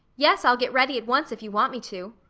yes, i'll get ready at once if you want me to.